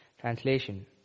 Translation